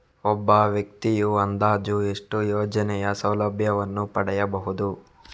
ಒಬ್ಬ ವ್ಯಕ್ತಿಯು ಅಂದಾಜು ಎಷ್ಟು ಯೋಜನೆಯ ಸೌಲಭ್ಯವನ್ನು ಪಡೆಯಬಹುದು?